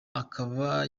akaba